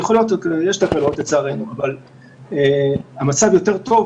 יכולות להיות תקלות לצערנו אבל המצב יותר טוב,